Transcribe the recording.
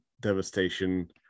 devastation